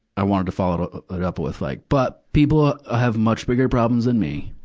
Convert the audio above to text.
i wanted to follow it up with like, but people have much bigger problems than me.